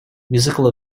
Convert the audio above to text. musical